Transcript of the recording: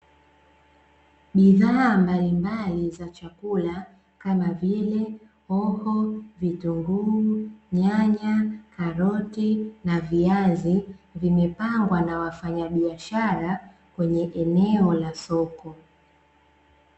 Bidhaa mbalimbali za chakula kama vile: hoho, vitunguu, nyanya, karoti, na viazi, vimepangwa na wafanyabiashara kwenye eneo la soko.